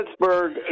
Pittsburgh